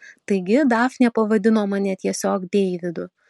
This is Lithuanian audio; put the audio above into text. taigi dafnė pavadino mane tiesiog deividu